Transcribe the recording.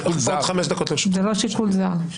זה לא שיקול זר.